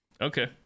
okay